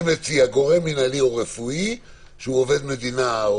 אני מציע: גורם מנהלי או רפואי שהוא עובד מדינה.